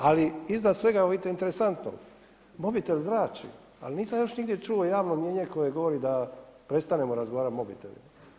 Ali iznad svega, evo vidite interesantno mobitel zrači, ali nisam još nigdje čuo javno mnijenje koje govori da prestanemo razgovarat mobitelima.